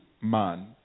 man